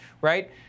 right